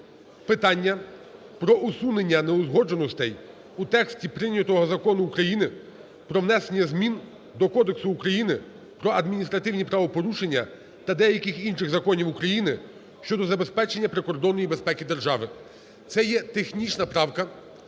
питання про усунення неузгодженостей у тексті прийнятого Закону України "Про внесення змін до Кодексу України про адміністративні правопорушення та деяких інших законів України щодо забезпечення прикордонної безпеки держави". Це є технічна правка,